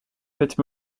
fêtes